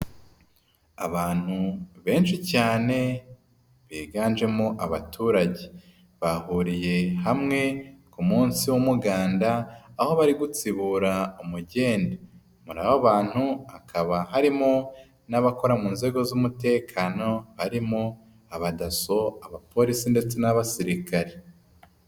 Abantu benshi cyane biganjemo abaturage, bahuriye hamwe ku munsi w'umuganda aho bari gutsibura umugende, muri abo abantu hakaba harimo n'abakora mu nzego z'umutekano, harimo abadaso, abapolisi ndetse n'abasirikare.